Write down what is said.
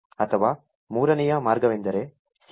ಅಥವಾ ಮೂರನೆಯ ಮಾರ್ಗವೆಂದರೆ CVE ಅನ್ನು ಅನುಸರಿಸುವುದು